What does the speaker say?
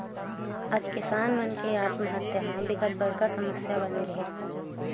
आज किसान मन के आत्महत्या ह बिकट बड़का समस्या बनगे हे